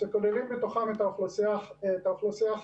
שכוללים בתוכם את האוכלוסייה החרדית,